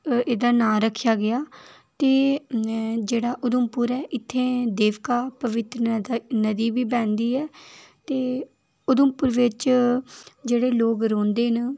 एह्दा नांऽ रक्खेआ गेआ ते जेह्ड़ा उधमपुर ऐ इत्थें देवका पवित्तर नदी बी बगदी ऐ ते उधमपुर बिच जेह्ड़े लोक रौंह्दे न